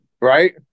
Right